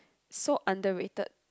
so underrated